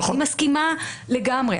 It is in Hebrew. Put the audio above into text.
אני מסכימה לגמרי.